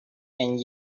and